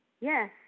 Yes